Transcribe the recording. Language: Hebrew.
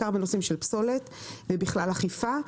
בעיקר בנושאים של פסולת ובכלל באכיפה,